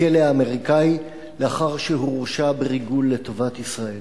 בכלא האמריקני, לאחר שהורשע בריגול לטובת ישראל.